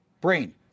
brain